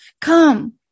Come